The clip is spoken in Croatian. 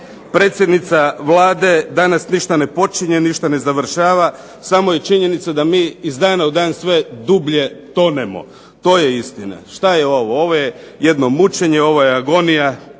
predsjednica Vlade danas ništa ne počinje, ništa ne završava, samo je činjenica da mi iz dana u dan sve dublje tonemo. To je istina, što je ovo, ovo je jedno mučenje, ovo je agonija,